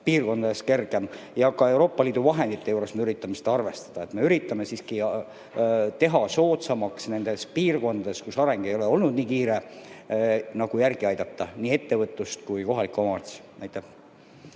piirkondades kergem. Ka Euroopa Liidu vahendite juures me üritame seda arvestada. Me üritame siiski teha seda soodsamaks nendes piirkondades, kus areng ei ole olnud nii kiire, et nagu järele aidata nii ettevõtlust kui ka kohalikku